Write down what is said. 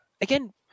again